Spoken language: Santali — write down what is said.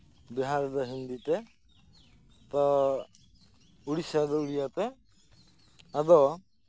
ᱵᱤᱦᱟᱨ ᱨᱮᱫᱚ ᱦᱤᱱᱫᱤ ᱛᱮ ᱛᱚ ᱩᱲᱤᱥᱥᱟ ᱫᱚ ᱩᱲᱤᱭᱟ ᱛᱮ ᱟᱫᱚ